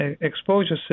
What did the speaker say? exposure